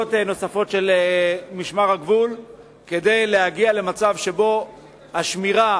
של משמר הגבול כדי להגיע למצב שבו השמירה